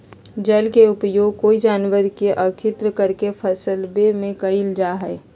जल के उपयोग कोय जानवर के अक्स्र्दित करके फंसवे में कयल जा हइ